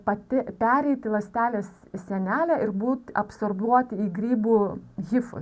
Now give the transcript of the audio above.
pati pereiti ląstelės sienelę ir būt absorbuot į grybų hifus